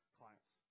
clients